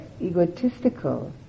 egotistical